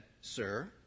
Sir